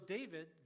David